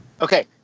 Okay